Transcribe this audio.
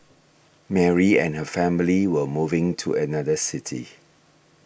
Mary and her family were moving to another city